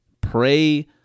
pray